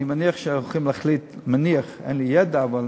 אני מניח שהולכים להחליט, מניח, אין לי ידע, אבל